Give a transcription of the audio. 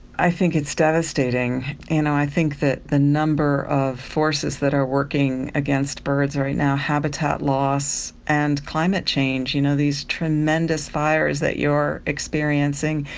i think it's devastating. and i think that the number of forces that are working against birds right now, habitat loss and climate change, you know, these tremendous fires that you are experiencing,